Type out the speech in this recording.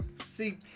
See